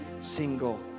single